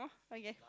okay